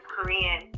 Korean